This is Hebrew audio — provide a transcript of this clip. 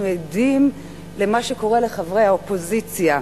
עדים למה שקורה לחברי האופוזיציה,